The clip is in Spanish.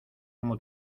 como